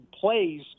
plays